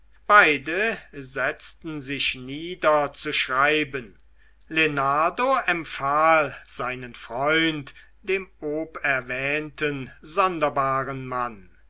beide setzten sich nieder zu schreiben lenardo empfahl seinen freund dem oberwähnten sonderbaren mann